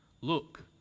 Look